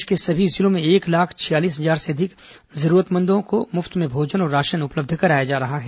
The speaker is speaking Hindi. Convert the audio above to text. प्रदेश के सभी जिलों में एक लाख छियालीस हजार से अधिक जरूरतमंदों को मुफ्त में भोजन और राशन उपलब्ध कराया जा रहा है